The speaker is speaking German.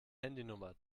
handynummer